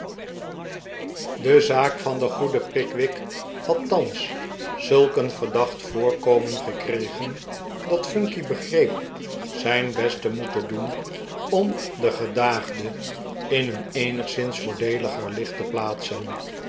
de zaak van den goeden pickwick had thans zulk een verdach't voorkomen gekre gen dat phunky begreep zijn best te moeten doen om den gedaagde in een eenigszins voordeeliger licht te plaatsen